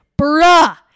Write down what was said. bruh